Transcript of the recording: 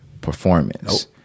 performance